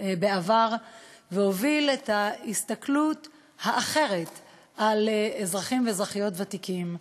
בעבר והוביל הסתכלות אחרת על אזרחים ואזרחיות ותיקים,